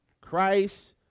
Christ